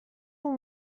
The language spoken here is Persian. اون